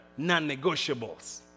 non-negotiables